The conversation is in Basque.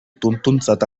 tuntuntzat